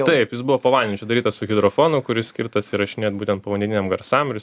taip jis buvo po vandeniu čia daryta su hidrofonu kuris skirtas įrašinėt būtent povandeniniam garsam ir jis